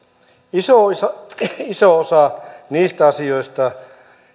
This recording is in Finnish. iso osa iso osa niistä asioista